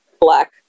black